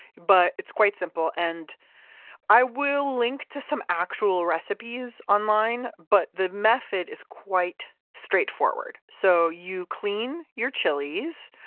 but it's quite simple. and i will link to some actual recipes online, but the method is quite straightforward. so you clean your chilies.